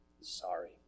sorry